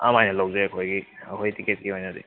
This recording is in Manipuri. ꯑꯗꯨꯃꯥꯏꯅ ꯂꯧꯖꯩ ꯑꯩꯈꯣꯏꯒꯤ ꯑꯩꯈꯣꯏ ꯇꯤꯀꯦꯠꯀꯤ ꯑꯣꯏꯅꯗꯤ